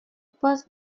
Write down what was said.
باز